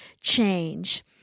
change